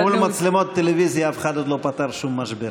מול מצלמות טלוויזיה אף אחד עוד לא פתר שום משבר.